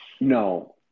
No